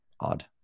odd